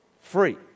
free